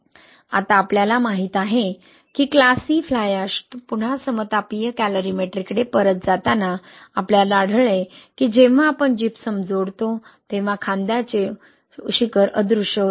आता आपल्याला माहित आहे की क्लास सी फ्लाय अॅश पुन्हा समतापीय कॅलरीमेट्रीकडे परत जाताना आपल्याला आढळले की जेव्हा आपण जिप्सम जोडतो तेव्हा खांद्याचे शिखर अदृश्य होते